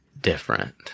different